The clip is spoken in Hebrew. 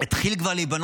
כבר התחיל להיבנות,